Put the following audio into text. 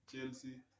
chelsea